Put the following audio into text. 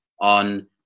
on